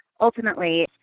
ultimately